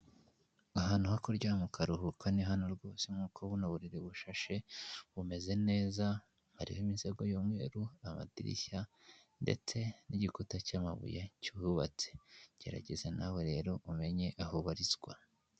Ahantu ho kuryama ukaruhuka ni hano rwose, nkuko buno buriri bushashe bumeze neza, hariho imisego y'umweru amadirishya, ndetse n'igikuta cy'amabuye cyubatse, gerageza nawe rero umenye aho ubarizwa.